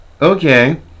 okay